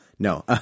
No